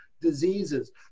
diseases